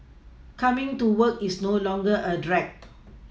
coming to work is no longer a drag